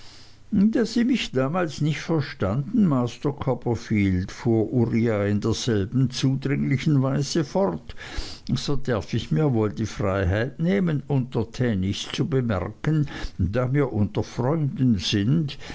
da sie mich damals nicht verstanden master copperfield fuhr uriah in derselben zudringlichen weise fort so derf ich mir wohl die freiheit nehmen untertänigst zu bemerken da mir unter freunden sind